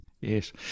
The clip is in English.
Yes